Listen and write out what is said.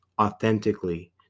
authentically